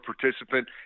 participant